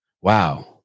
Wow